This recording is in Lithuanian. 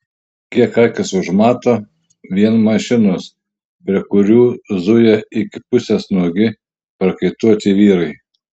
kiek akys užmato vien mašinos prie kurių zuja iki pusės nuogi prakaituoti vyrai